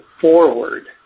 Forward